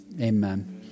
Amen